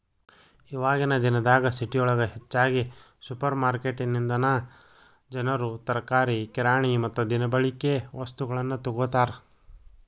ಇವಾಗಿನ ದಿನದಾಗ ಸಿಟಿಯೊಳಗ ಹೆಚ್ಚಾಗಿ ಸುಪರ್ರ್ಮಾರ್ಕೆಟಿನಿಂದನಾ ಜನರು ತರಕಾರಿ, ಕಿರಾಣಿ ಮತ್ತ ದಿನಬಳಿಕೆ ವಸ್ತುಗಳನ್ನ ತೊಗೋತಾರ